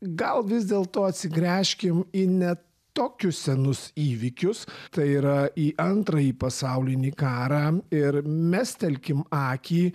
gal vis dėlto atsigręžkim į ne tokius senus įvykius tai yra į antrąjį pasaulinį karą ir mestelkim akį